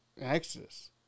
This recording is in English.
Exodus